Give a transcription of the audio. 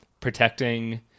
protecting